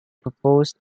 proposed